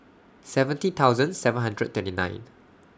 seventy thousand seven hundred twenty nine